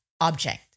object